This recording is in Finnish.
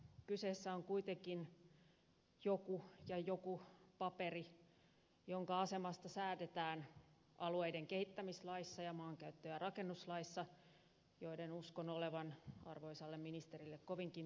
kyseessä on kuitenkin joku ja joku paperi jonka asemasta säädetään alueiden kehittämislaissa ja maankäyttö ja rakennuslaissa joiden uskon olevan arvoisalle ministerille kovinkin tuttuja